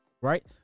Right